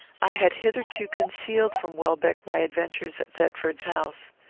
i had hitherto concealed from welbeck my adventures at thetford's house.